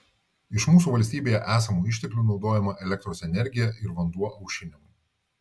iš mūsų valstybėje esamų išteklių naudojama elektros energija ir vanduo aušinimui